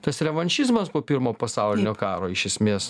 tas revanšizmas po pirmo pasaulinio karo iš esmės